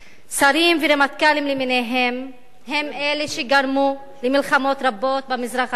שרים ורמטכ"לים למיניהם הם אלה שגרמו למלחמות רבות במזרח התיכון.